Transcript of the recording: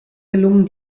gelungen